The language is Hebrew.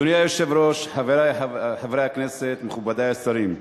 אדוני היושב-ראש, חברי חברי הכנסת, מכובדי השרים,